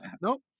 Nope